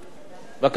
בבקשה, אדוני.